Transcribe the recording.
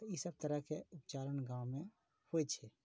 तऽ ई सब तरहके चलन गाँवमे होइ छै